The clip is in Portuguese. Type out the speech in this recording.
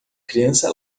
criança